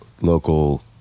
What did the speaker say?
local